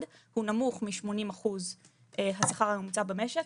הוא נמוך מ-80 אחוז השכר הממוצע במשק,